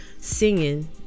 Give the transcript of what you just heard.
singing